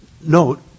Note